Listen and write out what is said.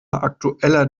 aktueller